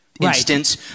instance